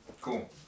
Cool